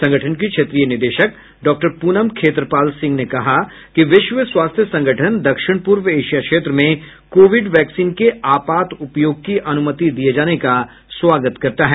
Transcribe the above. संगठन की क्षेत्रीय निदेशक डॉक्टर पूनम खेत्रपाल सिंह ने कहा कि विश्व स्वास्थ्य संगठन दक्षिण पूर्व एशिया क्षेत्र में कोविड वैक्सीन के आपात उपयोग की अनुमति दिए जाने का स्वागत करता है